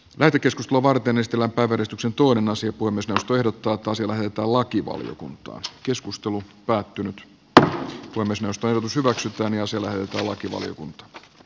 värikeskuslavalle pianistille vedostuksen tuoden asia kuin myös jos vertaa tosin hitaalla kiva kun taas keskustelu päättynyt pää on myös nostanut hyväksytään jo selvältä lakivaliokunta